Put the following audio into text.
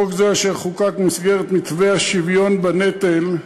חוק זה, אשר חוקק במסגרת מתווה השוויון בנטל,